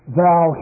thou